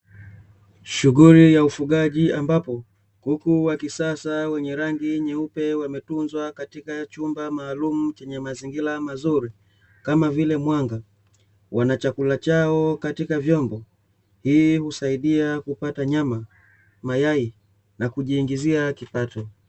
Shughuli ya ufugaji ambapo, kuku wa kisasa wenye rangi nyeupe wametunzwa katika chumba maalumu chenye mazingira mazuri kama vile mwanga; wana chakula chao katika vyombo. Hii husaidia kupata nyama, mayai na kujiingizia kipato.